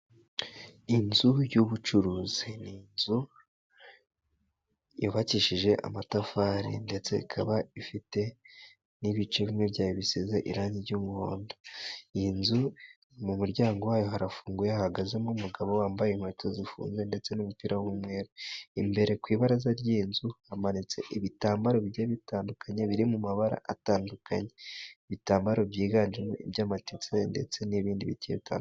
Inzu y'ubucuruzi ni inzu yubakishije amatafari ndetse ikaba ifite n'ibice bimwe byayo bisize irangi ry'umuhondo. Iyi nzu mu muryango wayo harafunguye hagazemo umugabo wambaye inkweto zifunze ndetse n'ubupira w'umweru. Imbere ku ibara ry'iyo nzu hamanitse ibitambaro bigiye bitandukanye biri mu mabara atandukanye, ibitambaro byiganjemo iby'amatitse ndetse n'ibindi bigiye bitandukanye.